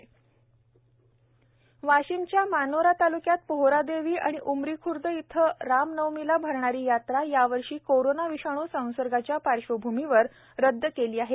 यात्रा रदद वाशिमच्या मानोरा ताल्क्यात पोहरादेवी आणि उमरी खूर्द इथं राम नवमीला भरणारी यात्रा यावर्षी कोरोना विषाणू संसर्गाच्या पार्श्वभूमीवर रद्द केली आहे